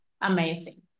amazing